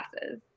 classes